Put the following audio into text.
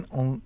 on